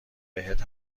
بهت